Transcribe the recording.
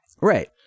Right